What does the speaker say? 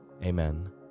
Amen